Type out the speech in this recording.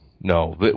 no